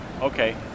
Okay